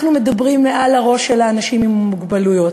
אנחנו מדברים מעל לראש של האנשים עם מוגבלויות.